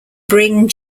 bring